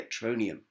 Electronium